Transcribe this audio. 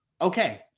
okay